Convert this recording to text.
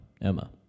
Emma